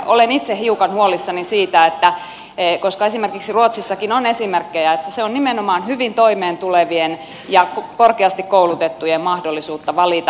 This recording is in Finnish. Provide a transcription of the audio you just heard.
olen itse hiukan huolissani siitä koska esimerkiksi ruotsissakin on esimerkkejä että se on nimenomaan hyvin toimeentulevien ja korkeasti koulutettujen mahdollisuutta valita